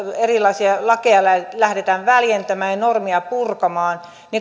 erilaisia lakeja lähdetään väljentämään ja normeja purkamaan